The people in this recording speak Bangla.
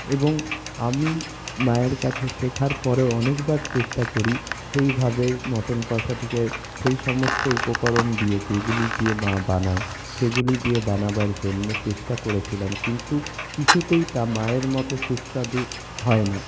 এবং আমি মায়ের কাছে শেখার পরেও অনেকবার চেষ্টা করি সেই ভাবে মটন কষাটিকে সেই সমস্ত উপকরণ দিয়ে যেগুলি দিয়ে মা বানায় সেইগুলি দিয়ে বানাবার জন্য চেষ্টা করেছিলাম কিন্তু কিছুতেই তা মায়ের মতো সুস্বাদু হয় না